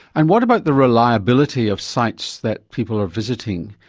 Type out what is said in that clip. and what about the reliability of sites that people are visiting?